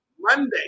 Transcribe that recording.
Monday